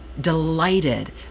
delighted